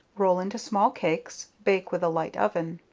roll into small cakes bake with a light oven.